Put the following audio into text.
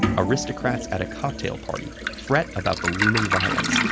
aristocrats at a cocktail party fret about the looming violence,